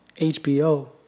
HBO